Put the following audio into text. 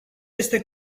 este